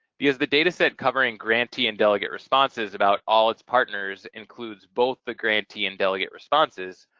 because the data set covering grantee and delegate responses about all its partners includes both the grantee and delegate responses,